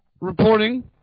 reporting